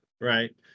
right